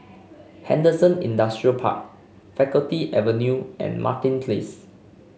Henderson Industrial Park Faculty Avenue and Martin Place